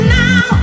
now